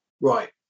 right